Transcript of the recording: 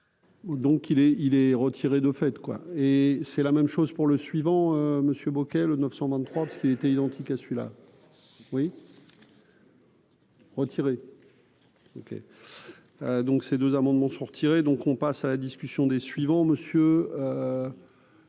est il est retiré de fait quoi, et c'est la même chose pour le suivant, Monsieur Bockel 923 parce il était identique à celui-là. Oui, retiré OK. Donc ces deux amendements sont retirés, donc on passe à la discussion des suivant Monsieur